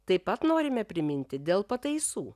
taip pat norime priminti dėl pataisų